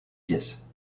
pièce